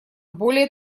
более